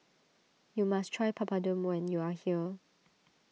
you must try Papadum when you are here